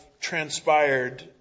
transpired